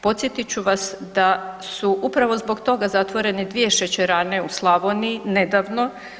Podsjetit ću vas da su upravo zbog toga zatvorene dvije šećerane u Slavoniji nedavno.